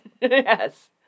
Yes